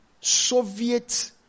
Soviet